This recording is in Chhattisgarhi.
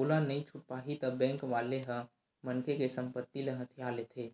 ओला नइ छूट पाही ता बेंक वाले ह मनखे के संपत्ति ल हथिया लेथे